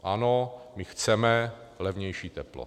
Ano, my chceme levnější teplo.